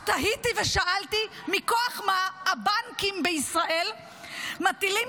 אז תהיתי ושאלתי מכוח מה הבנקים בישראל מטילים